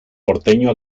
porteño